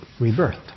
rebirth